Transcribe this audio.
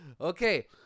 okay